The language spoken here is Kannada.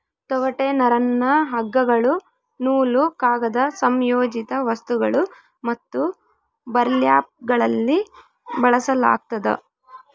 ತೊಗಟೆ ನರನ್ನ ಹಗ್ಗಗಳು ನೂಲು ಕಾಗದ ಸಂಯೋಜಿತ ವಸ್ತುಗಳು ಮತ್ತು ಬರ್ಲ್ಯಾಪ್ಗಳಲ್ಲಿ ಬಳಸಲಾಗ್ತದ